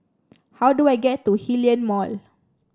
how do I get to Hillion Mall